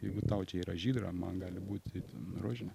jeigu tau čia yra žydra man gali būti ten rožinė